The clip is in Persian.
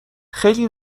خیلی